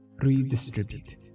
redistribute